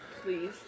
please